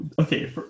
okay